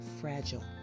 fragile